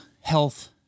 health